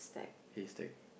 haystack